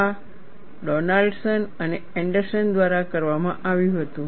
આ ડોનાલ્ડસન અને એન્ડરસન દ્વારા કરવામાં આવ્યું હતું